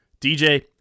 DJ